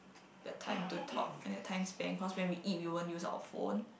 the time to talk and the time spend cause when we eat we won't use our phone